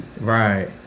Right